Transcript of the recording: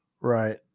Right